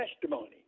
testimony